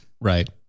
Right